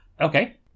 Okay